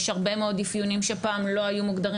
יש הרבה מאוד אפיונים שפעם לא היו מוגדרים